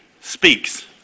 speaks